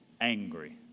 angry